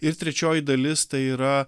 ir trečioji dalis tai yra